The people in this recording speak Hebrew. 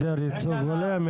היעדר ייצוג הולם,